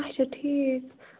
اَچھا ٹھیٖک